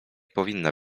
powinna